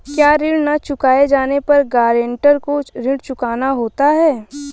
क्या ऋण न चुकाए जाने पर गरेंटर को ऋण चुकाना होता है?